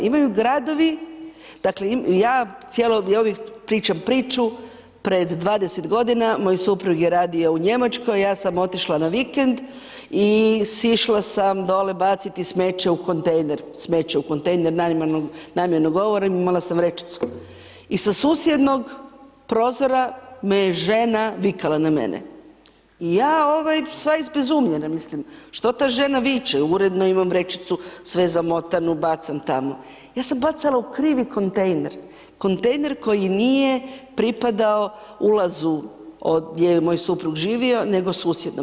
Imaju gradovi, dakle, ja cijelo, ja uvijek pričam priču, pred 20 godina moj suprug je radio u Njemačkoj, ja sam otišla na vikend, i sišla sam dolje baciti smeće u kontejner, smeće u kontejner, namjerno govorim, imala sam vrećicu, i sa susjednog prozora me je žena vikala na mene, i ja ovaj sva izbezumljena, mislim, što ta žena viče, uredno imam vrećicu, sve je zamotano, bacam tamo, ja sam bacala u krivi kontejner, kontejner koji nije pripadao ulazu od gdje je moj suprug živio, nego susjednom.